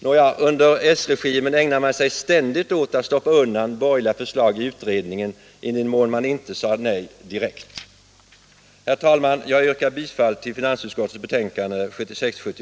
Nåja, under s-regimen ägnade man sig ständigt åt att stoppa undan borgerliga förslag i utredningen i den mån man inte sade nej direkt.